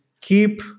keep